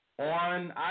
on